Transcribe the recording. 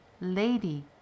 Lady